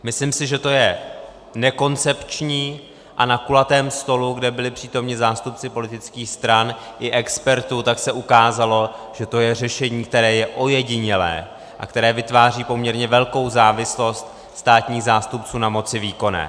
Myslím si, že to je nekoncepční, a na kulatém stolu, kde byli přítomni zástupci politických stran i expertů, se ukázalo, že to je řešení, které je ojedinělé a které vytváří poměrně velkou závislost státních zástupců na moci výkonné.